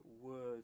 words